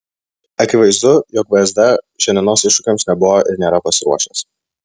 akivaizdu jog vsd šiandienos iššūkiams nebuvo ir nėra pasiruošęs